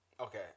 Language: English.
Okay